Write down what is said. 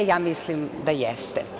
Ja mislim da jeste.